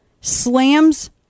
slams